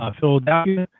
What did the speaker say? Philadelphia